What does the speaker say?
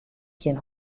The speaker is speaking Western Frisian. gjin